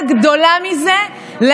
נתקלנו פעם אחר פעם בשיקולים לא ענייניים,